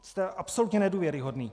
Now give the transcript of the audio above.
Jste absolutně nedůvěryhodný!